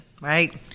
right